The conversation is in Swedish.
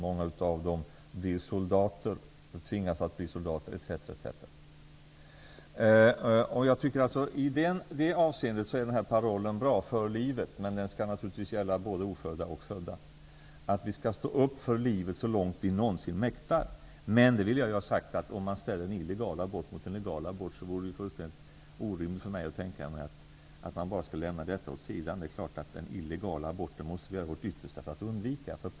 Många av dem tvingas att bli soldater. Jag tycker alltså att den här parollen är bra i det avseendet att den är för livet. Men den skall naturligtvis gälla både ofödda och födda. Vi skall stå upp för livet så långt vi någonsin mäktar. Men, det vill jag ha sagt, om man ställer en illegal abort mot en legal abort, vore det fullständigt orimligt för mig att tänka mig att man bara skulle lämna detta åt sidan. Det är klart att vi måste göra vårt yttersta för att undvika den illegala aborten.